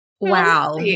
wow